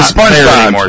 SpongeBob